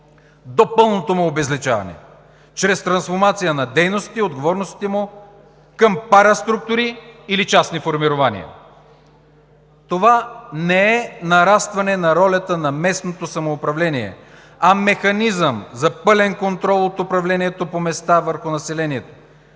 до пълното му обезличаване чрез трансформация на дейностите и отговорностите му към параструктури или частни формирования. Това не е нарастване ролята на местното самоуправление, а механизъм за пълен контрол от управлението по места върху населението.